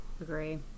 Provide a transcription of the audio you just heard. Agree